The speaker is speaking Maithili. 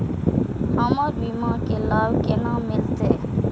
हमर बीमा के लाभ केना मिलते?